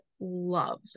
love